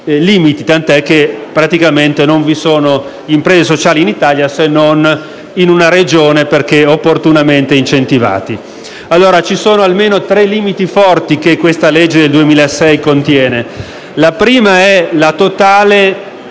limiti, tant'è che praticamente non vi sono imprese sociali in Italia, se non in una Regione perché opportunamente incentivate. Sono almeno tre i limiti forti che la legge del 2006 contiene. Il primo è la totale